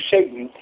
Satan